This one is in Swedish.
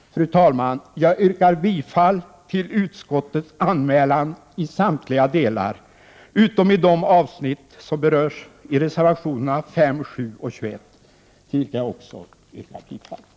Fru talman! Jag yrkar bifall till utskottets anmälan i samtliga delar utom i de avsnitt som berörs i reservationerna 5, 7 och 21, till vilka jag också yrkar bifall.